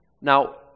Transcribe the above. Now